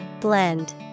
Blend